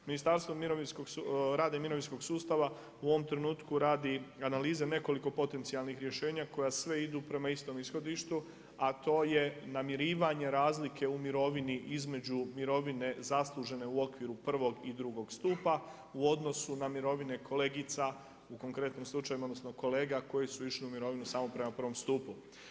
Ministarstvo rada i mirovinskog sustava u ovom trenutku radi analize nekoliko potencijalnih rješenja koja sve idu prema istom ishodištu a to je namirivanje razlike u mirovini između mirovine zaslužene u okviru prvog i drugog stupa u odnosu na mirovine kolegica, u konkretnom slučaju odnosno kolega koje su išle u mirovinu samo prema prvom stupu.